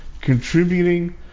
contributing